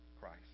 Christ